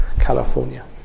California